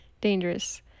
dangerous